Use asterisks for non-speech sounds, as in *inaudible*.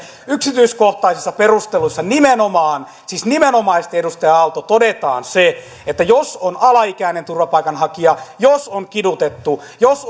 yksityiskohtaisissa perusteluissa nimenomaan siis nimenomaisesti edustaja aalto todetaan se että jos on alaikäinen turvapaikanhakija jos on kidutettu jos *unintelligible*